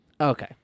Okay